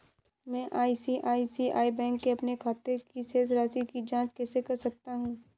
मैं ICICI bank के अपने खाते की शेष राशि की जाँच कैसे कर सकता हूँ?